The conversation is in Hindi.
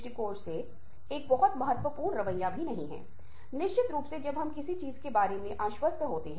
अधिकारी इओना से मज़्ज़ाक़ करता है लेकिन इओना उसे बताता उसका बेटा एक सप्ताह पहले मर गया है